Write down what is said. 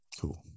Cool